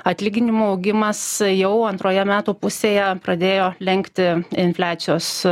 atlyginimų augimas jau antroje metų pusėje pradėjo lenkti infliacijos